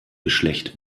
geschlecht